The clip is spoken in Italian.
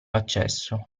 accesso